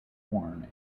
born